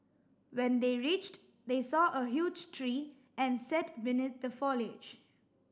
when they reached they saw a huge tree and sat beneath the foliage